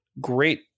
great